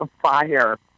fire